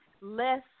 less